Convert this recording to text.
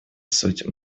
суть